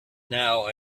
now